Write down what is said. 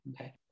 okay